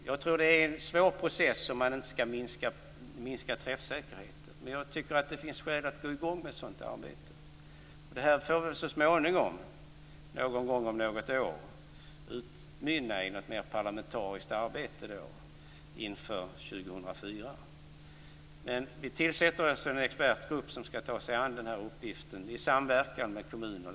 Jag tror att det är en svår process om man inte skall minska träffsäkerheten, men jag tycker att det finns skäl att få i gång ett sådant arbete. Detta får väl så småningom, om något år, utmynna i ett mer parlamentariskt arbete inför 2004. Vi tillsätter alltså en expertgrupp som skall ta sig an den här uppgiften i samverkan med Kommun och